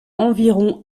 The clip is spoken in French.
environ